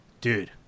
dude